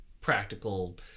practical